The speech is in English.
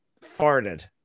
farted